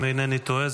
אם אינני טועה,